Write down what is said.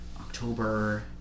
October